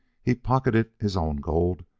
he pocketed his own gold,